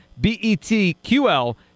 BETQL